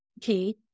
key